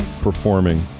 performing